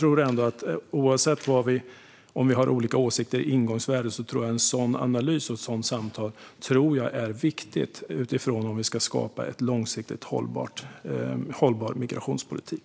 Oavsett om vi har olika åsikter som ingångsvärde tror jag att en sådan analys och ett sådant samtal är viktiga om vi ska skapa en långsiktigt hållbar migrationspolitik.